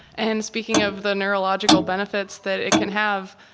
and speaking of the neurological benefits that it can have,